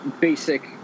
basic